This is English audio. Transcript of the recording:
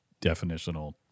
definitional